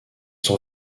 son